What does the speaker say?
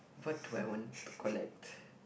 what do I want to collect